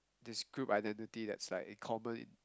this group identity that is like in common